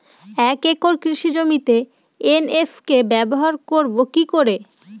এক একর কৃষি জমিতে এন.পি.কে ব্যবহার করব কি করে?